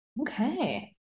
okay